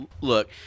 Look